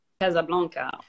Casablanca